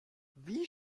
wie